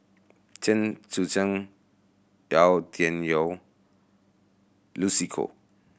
Chen Sucheng Yau Tian Yau Lucy Koh